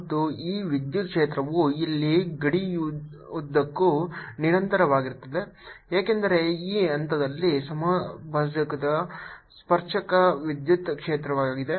ಮತ್ತು ಈ ವಿದ್ಯುತ್ ಕ್ಷೇತ್ರವು ಇಲ್ಲಿ ಗಡಿಯುದ್ದಕ್ಕೂ ನಿರಂತರವಾಗಿರುತ್ತದೆ ಏಕೆಂದರೆ ಈ ಹಂತದಲ್ಲಿ ಸಮಭಾಜಕವು ಸ್ಪರ್ಶಕ ವಿದ್ಯುತ್ ಕ್ಷೇತ್ರವಾಗಿದೆ